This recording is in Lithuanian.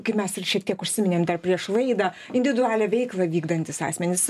kaip mes ir šiek tiek užsiminėm dar prieš laidą individualią veiklą vykdantys asmenys